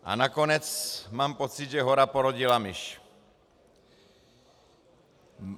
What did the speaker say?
A nakonec mám pocit, že hora porodila myš.